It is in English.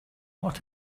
what